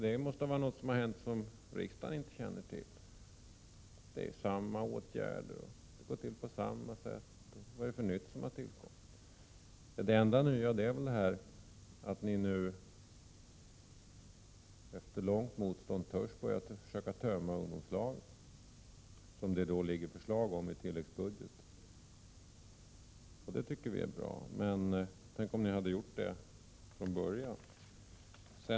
Det måste ha hänt någonting som riksdagen inte känner till. Det är fråga om samma åtgärder som förut, det går till på samma sätt. Vad är det nya som har tillkommit? Det enda nya är Prot. 1987/88:99 väl att ni nu, efter långvarigt motstånd, törs försöka tömma ungdomslagen. — 13 april 1988 Det ligger ju förslag härom i tilläggsbudgeten. Det tycker vi är bra, men tänk om ni hade gjort detta från början.